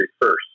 first